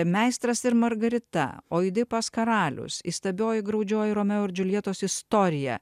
meistras ir margarita oidipas karalius įstabioji ir graudžioji romeo ir džuljetos istorija